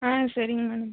ஆ சரிங்க மேடம்